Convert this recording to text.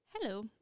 Hello